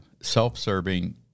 self-serving